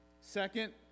Second